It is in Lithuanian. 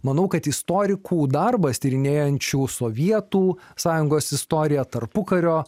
manau kad istorikų darbas tyrinėjančių sovietų sąjungos istoriją tarpukario